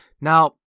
Now